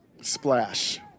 Splash